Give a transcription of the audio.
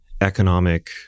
economic